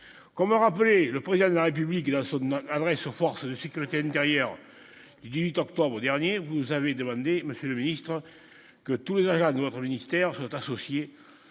Comores après le président de la République de nom, adresse aux forces de sécurité intérieure du 18 octobre dernier, vous nous avez demandé, monsieur le ministre, que Toulouse à notre ministère sont associés